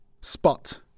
spot